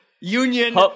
Union